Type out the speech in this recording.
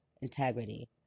integrity